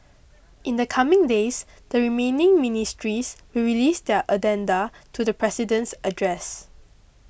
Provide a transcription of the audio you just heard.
in the coming days the remaining ministries will release their addenda to the President's address